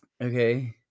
okay